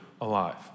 alive